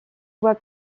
voie